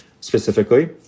specifically